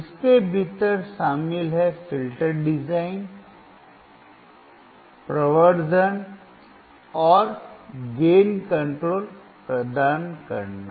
इसके भीतर शामिल है फिल्टर डिजाइन प्रवर्धन और लाभ नियंत्रण प्रदान करना